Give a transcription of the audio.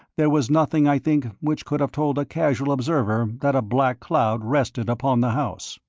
there was nothing, i think, which could have told a casual observer that a black cloud rested upon the house.